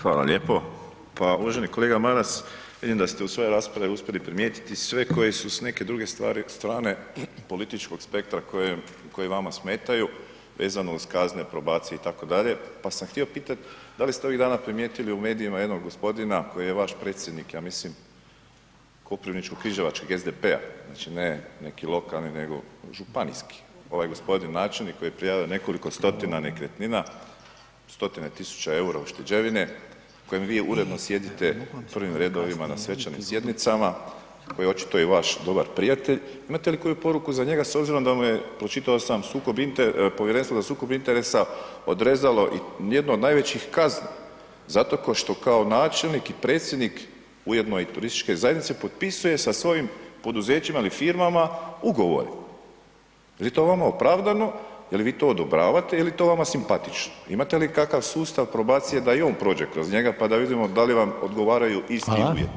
Hvala lijepo, pa uvaženi kolega Maras, vidim da ste u svojoj raspravi uspjeli primijetiti sve koji su s neke druge strane političkog spektra koje, koji vama smetaju vezano uz kazne, probacije itd., pa sam htio pitat da li ste ovih dana primijetili u medijima jednog gospodina koji je vaš predsjednik, ja mislim Koprivničko-križevačkog SDP-a, znači ne neki lokalni nego županijski, ovaj gospodin načelnik koji je prijavio nekoliko stotina nekretnina, stotine tisuća EUR-a ušteđevine s kojem vi uredno sjedite u prvim redovima na svečanim sjednicama koji je očito i vaš dobar prijatelj, imate li koju poruku za njega s obzirom da mu je, pročitao sam, sukob interesa, Povjerenstvo za sukob interesa odrezalo i jednu od najvećih kazni zato košto kao načelnik i predsjednik, ujedno i turističke zajednice, potpisuje sa svojim poduzećima ili firmama ugovore, jel vama to opravdano, jel vi to odobravate ili je to vama simpatično, imate li kakav sustav probacije da i on prođe kroz njega, pa da vidimo da li vam odgovaraju [[Upadica: Hvala]] isti uvjeti.